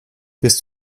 bist